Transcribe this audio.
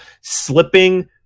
slipping